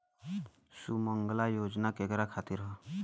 सुमँगला योजना केकरा खातिर ह?